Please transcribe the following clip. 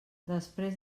després